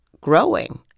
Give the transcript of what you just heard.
growing